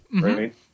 right